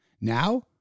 now